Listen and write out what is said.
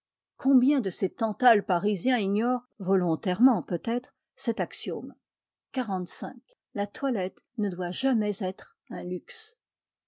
combien de ces tantales parisiens ignorent volontairement peut-être cet axiome xlv la toilette ne doit jamais être un luxe